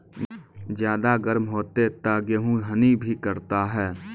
ज्यादा गर्म होते ता गेहूँ हनी भी करता है?